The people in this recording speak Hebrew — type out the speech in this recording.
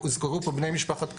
הוזכרו פה בני משפחת כדורי.